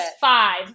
five